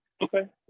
Okay